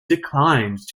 declined